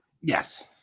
yes